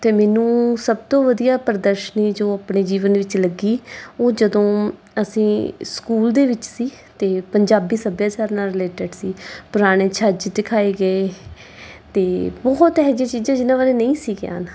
ਅਤੇ ਮੈਨੂੰ ਸਭ ਤੋਂ ਵਧੀਆ ਪ੍ਰਦਰਸ਼ਨੀ ਜੋ ਆਪਣੇ ਜੀਵਨ ਵਿੱਚ ਲੱਗੀ ਉਹ ਜਦੋਂ ਅਸੀਂ ਸਕੂਲ ਦੇ ਵਿੱਚ ਸੀ ਅਤੇ ਪੰਜਾਬੀ ਸੱਭਿਆਚਾਰ ਨਾਲ ਰਿਲੇਟਡ ਸੀ ਪੁਰਾਣੇ ਛੱਜ ਦਿਖਾਏ ਗਏ ਅਤੇ ਬਹੁਤ ਇਹੋ ਜਿਹੀ ਚੀਜ਼ਾਂ ਜਿਹਨਾਂ ਬਾਰੇ ਨਹੀਂ ਸੀ ਗਿਆਨ